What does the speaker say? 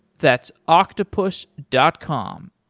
that's octopus dot com,